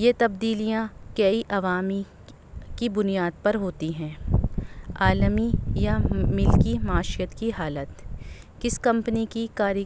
یہ تبدیلیاں کئی عوامی کی بنیاد پر ہوتی ہیں عالمی یا ملکی معاشیت کی حالت کس کمپنی کی کاری